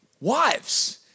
Wives